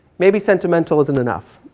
maybe sentimental isn't enough,